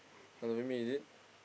want to make me is it